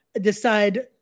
decide